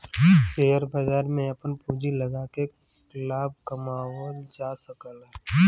share बाजार में आपन पूँजी लगाके लाभ कमावल जा सकला